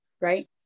Right